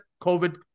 COVID